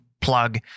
plug